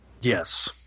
Yes